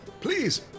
please